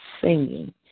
singing